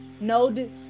no